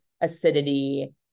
acidity